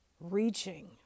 reaching